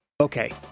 Okay